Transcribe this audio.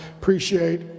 appreciate